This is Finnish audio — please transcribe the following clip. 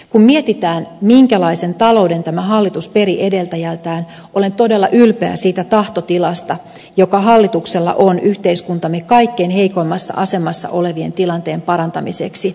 kun mietitään minkälaisen talouden tämä hallitus peri edeltäjältään olen todella ylpeä siitä tahtotilasta joka hallituksella on yhteiskuntamme kaikkein heikoimmassa asemassa olevien tilanteen parantamiseksi